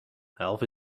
half